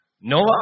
Noah